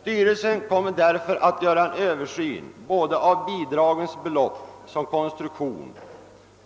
Styrelsen kommer därför att göra en översyn både av bidragens belopp och konstruktion